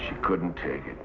she couldn't take it